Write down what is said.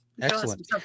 Excellent